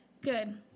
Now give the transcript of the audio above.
Good